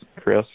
Chris